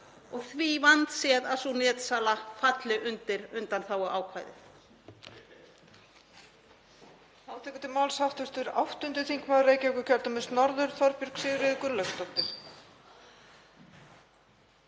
og því vandséð að sú netsala falli undir undanþáguákvæðið.